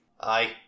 Aye